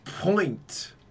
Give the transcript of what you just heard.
point